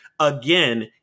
again